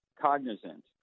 cognizant